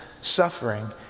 suffering